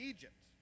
Egypt